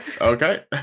okay